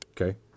Okay